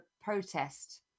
protest